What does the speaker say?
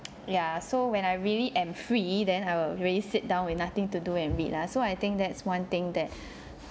ya so when I really am free then I will really sit down with nothing to do and read lah so I think that's one thing that